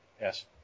Yes